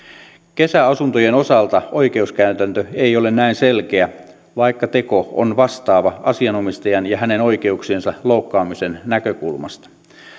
kesäasuntojen osalta oikeuskäytäntö ei ole näin selkeä vaikka teko on vastaava asianomistajan ja hänen oikeuksiensa loukkaamisen näkökulmasta